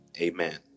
Amen